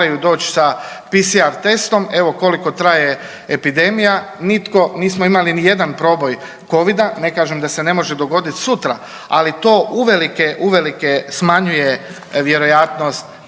da se ne može dogoditi sutra, ali to uvelike, uvelike smanjuje vjerojatnost